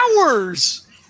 hours